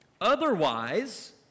Otherwise